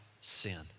sin